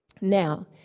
Now